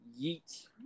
Yeet